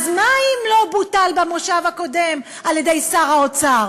אז מה אם לא בוטל במושב הקודם על-ידי שר האוצר?